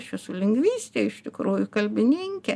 aš esu lingvistė iš tikrųjų kalbininkė